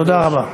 תודה רבה.